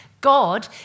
God